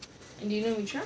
do you know mitra